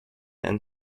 and